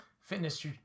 fitness